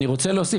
אני רוצה להוסיף.